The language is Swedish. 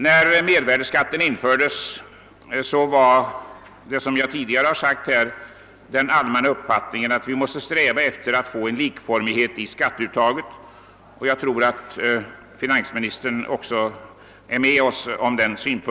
När mervärdeskatten infördes var den allmänna uppfattningen — såsom jag redan sagt — att likformighet i skatteutiaget skulle eftersträvas. Jag tror att också finansministern instämmer i denna bedömning.